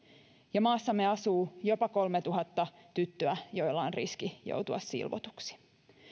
ja maassamme asuu jopa kolmetuhatta tyttöä joilla on riski joutua silvotuksi